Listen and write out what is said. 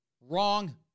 wrong